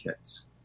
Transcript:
kids